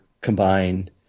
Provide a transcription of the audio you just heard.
combine